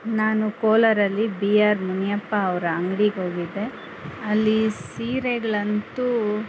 ನಾನು ಕೋಲಾರದಲ್ಲಿ B R Muniyappa ಅವರ ಅಂಗಡಿಗೆ ಹೋಗಿದ್ದೆ ಅಲ್ಲಿ ಸೀರೆಗಳಂತೂ